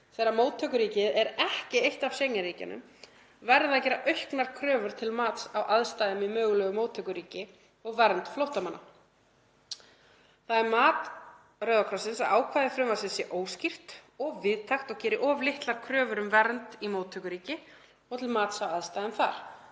þegar móttökuríkið er ekki eitt af Schengen-ríkjunum verði að gera auknar kröfur til mats á aðstæðum í mögulegu móttökuríki og vernd flóttamanna. Það er mat Rauða krossins að ákvæði frumvarpsins sé óskýrt, of víðtækt og geri of litlar kröfur um vernd í móttökuríki og til mats á aðstæðum þar.“